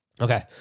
Okay